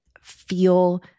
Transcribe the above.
feel